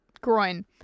groin